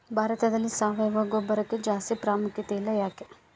ಭಾರತದಲ್ಲಿ ಸಾವಯವ ಗೊಬ್ಬರಕ್ಕೆ ಜಾಸ್ತಿ ಪ್ರಾಮುಖ್ಯತೆ ಇಲ್ಲ ಯಾಕೆ?